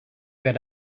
bet